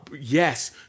yes